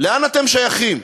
לאן אתם שייכים?